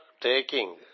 taking